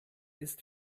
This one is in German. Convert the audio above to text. ist